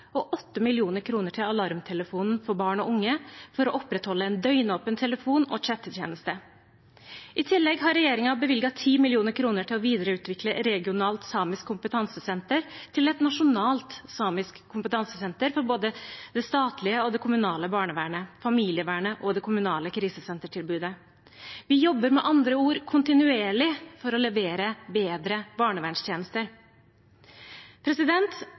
og 8 mill. kr til Alarmtelefonen for barn og unge for å opprettholde en døgnåpen telefon- og chattetjeneste. I tillegg har regjeringen bevilget 10 mill. kr til å videreutvikle Regionalt samisk kompetansesenter til et nasjonalt samisk kompetansesenter for både det statlige og det kommunale barnevernet, familievernet og det kommunale krisesentertilbudet. Vi jobber med andre ord kontinuerlig for å levere bedre